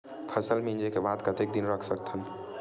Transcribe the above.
फसल मिंजे के बाद कतेक दिन रख सकथन?